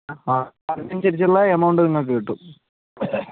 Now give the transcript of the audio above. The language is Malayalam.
അപ്പോൾ അതിനനുസരിച്ചുള്ള എമൗണ്ട് നിങ്ങൾക്ക് കിട്ടും